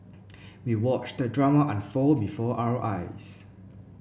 we watched the drama unfold before our eyes